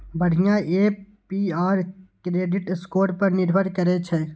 बढ़िया APR credit score पर निर्भर करै छै